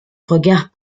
regards